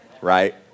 right